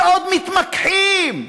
ועוד מתמקחים,